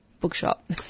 bookshop